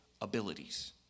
abilities